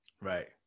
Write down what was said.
Right